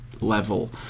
level